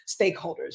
stakeholders